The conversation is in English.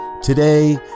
Today